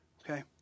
Okay